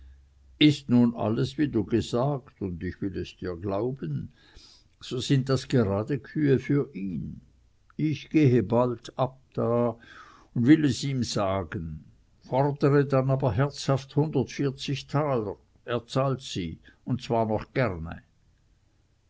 ist nun alles wie du gesagt und ich will es dir glauben so sind das gerade kühe für ihn ich gehe bald da ab und will es ihm sagen fordere dann aber herzhaft hundertvierzig taler er zahlt sie und zwar noch gerne